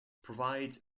provides